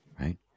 Right